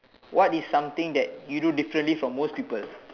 what is something that you do differently from most people